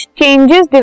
changes